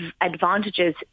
advantages